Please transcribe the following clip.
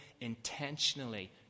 intentionally